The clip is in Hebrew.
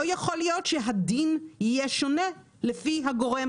לא יכול להיות שהדין יהיה שונה לפי הגורם